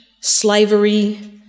slavery